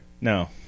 No